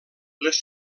les